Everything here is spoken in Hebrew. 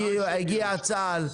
הגיע צה"ל,